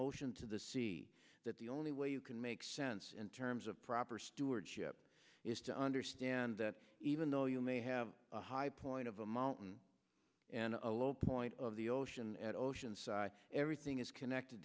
ocean to the sea that the only way you can make sense in terms of proper stewardship is to understand that even though you may have a high point of a mountain and a low point of the ocean at oceanside everything is connected